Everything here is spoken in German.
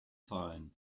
zahlen